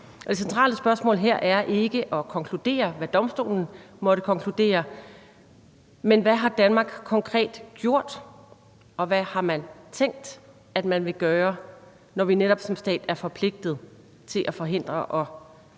det centrale spørgsmål her er ikke at konkludere, hvad domstolen måtte konkludere, men hvad Danmark konkret har gjort, og hvad man har tænkt sig at man vil gøre, når vi netop som stat er forpligtet til at forhindre og straffe